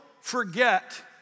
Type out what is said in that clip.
forget